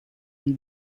une